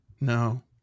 no